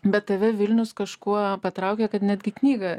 bet tave vilnius kažkuo patraukė kad netgi knygą